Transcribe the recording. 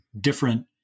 different